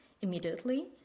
immediately